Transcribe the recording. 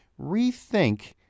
rethink